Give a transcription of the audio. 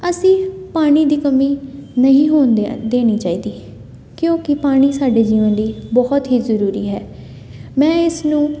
ਅਸੀਂ ਪਾਣੀ ਦੀ ਕਮੀ ਨਹੀਂ ਹੋਣ ਦਿਆ ਦੇਣੀ ਚਾਹੀਦੀ ਕਿਉਂਕਿ ਪਾਣੀ ਸਾਡੇ ਜੀਵਨ ਲਈ ਬਹੁਤ ਹੀ ਜ਼ਰੂਰੀ ਹੈ ਮੈਂ ਇਸ ਨੂੰ